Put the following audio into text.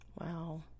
wow